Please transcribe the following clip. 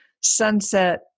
sunset